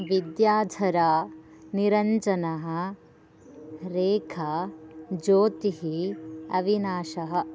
विद्याधरा निरञ्जनः रेखा ज्योतिः अविनाशः